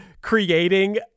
Creating